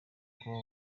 kuba